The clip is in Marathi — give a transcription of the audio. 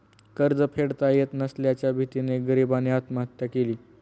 कर्ज फेडता येत नसल्याच्या भीतीने गरीबाने आत्महत्या केली